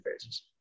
phases